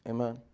Amen